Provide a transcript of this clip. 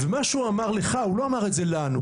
מה שאמר לך הרב לא היה מופנה אלינו,